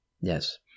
Yes